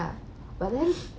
but then